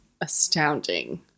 astounding